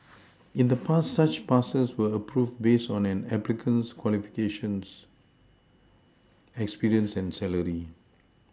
in the past such passes were approved based on an applicant's qualifications experience and salary